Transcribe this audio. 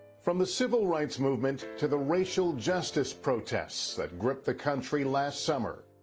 from the civil rights movement to the racial justice protests that gripped the country last summer.